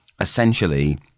essentially